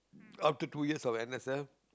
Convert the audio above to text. after two years of n_s_f